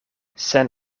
sen